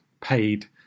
paid